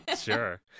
Sure